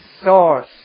source